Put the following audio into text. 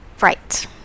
Right